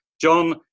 John